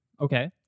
Okay